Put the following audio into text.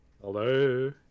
Hello